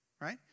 Right